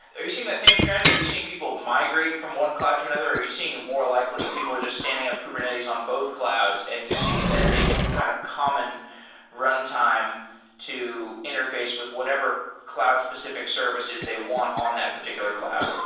are you seeing that same trend? are you seeing people migrate from one cloud to another or are you seeing more likely people are just standing up kubernetes on both clouds and using it as a kind of common runtime to interface with whatever cloud specific services they want on that particular cloud?